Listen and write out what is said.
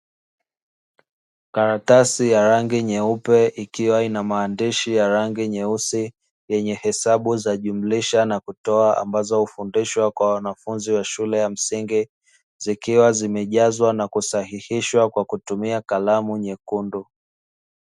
Karatasi ya rangi nyeupe ikiwa na maandishi ya rangi nyeusi, yenye hesabu za jumlisha na kutoa, ambazo hufundishwa kwa wanafunzi wa shule ya msingi, zikiwa zimejazwa na kusahihishwa kwa kutumia kalamu nyekundu.